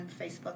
Facebook